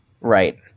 Right